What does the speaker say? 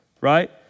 right